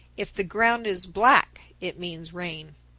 if the ground is black, it means rain.